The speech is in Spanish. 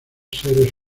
seres